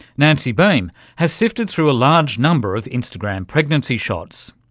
nancy baym has sifted through a large number of instagram pregnancy shots.